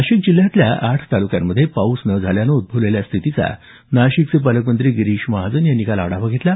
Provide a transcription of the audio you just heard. नाशिक जिल्ह्यातल्या आठ तालुक्यांमध्ये पाऊस न झाल्यानं उद्भवलेल्या स्थितीचा नाशिकचे पालकमंत्री गिरीश महाजन यांनी काल आढावा घेतला